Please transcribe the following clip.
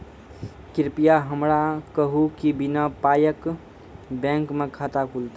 कृपया हमरा कहू कि बिना पायक बैंक मे खाता खुलतै?